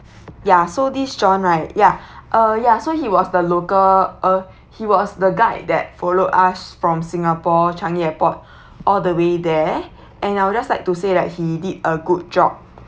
ya so this john right yeah uh yeah so he was the local uh he was the guide that followed us from singapore changi airport all the way there and I would just like to say that he did a good job